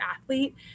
athlete